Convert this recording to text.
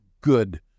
good